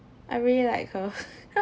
I really like her